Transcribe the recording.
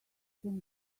can